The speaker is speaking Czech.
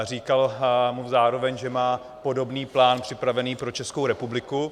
Říkal mu zároveň, že má podobný plán připravený pro Českou republiku.